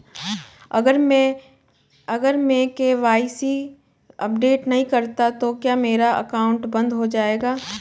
अगर मैं KYC update नहीं करता तो क्या मेरा अकाउंट बंद हो जाएगा?